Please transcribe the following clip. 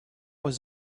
was